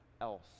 else